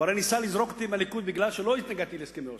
הוא הרי ניסה לזרוק אותי מהליכוד מפני שלא התנגדתי להסכמי אוסלו.